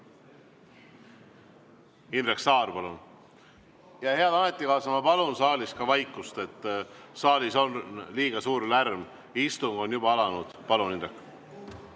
Indrek Saar, palun! Head ametikaaslased, ma palun saalis vaikust. Saalis on liiga suur lärm, istung on juba alanud. Palun, Indrek!